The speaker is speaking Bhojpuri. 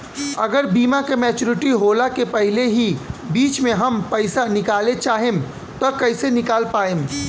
अगर बीमा के मेचूरिटि होला के पहिले ही बीच मे हम पईसा निकाले चाहेम त कइसे निकाल पायेम?